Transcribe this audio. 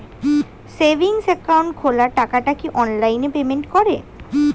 Savings account খোলা টাকাটা কি অনলাইনে পেমেন্ট করে?